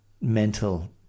mental